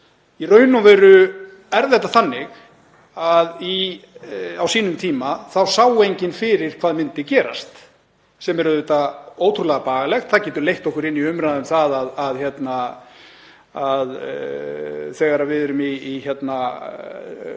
Í raun og veru er þetta þannig að á sínum tíma sá enginn fyrir hvað myndi gerast, sem er auðvitað ótrúlega bagalegt. Það getur leitt okkur inn í umræðu um að þegar við erum í vinnu,